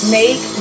make